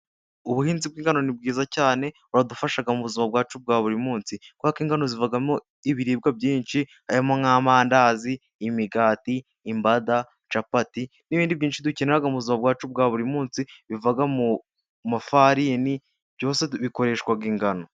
Ubuhinzi bw'ingano ni bwiza cyane. Buradufasha mu buzima bwacu bwa buri munsi. Kubera ko ingano zivamo ibiribwa byinshi, harimo nk'amandazi, imigati, imbada, capati n'ibindi byinshi dukenera mu buzima bwacu bwa buri munsi biva mu mafani, bikoreshwa ingano.